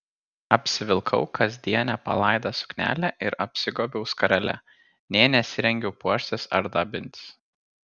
apsivilkau kasdienę palaidą suknelę ir apsigobiau skarele nė nesirengiau puoštis ar dabintis